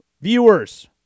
viewers